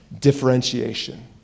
Differentiation